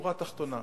שורה תחתונה.